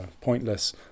pointless